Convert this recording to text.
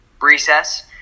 recess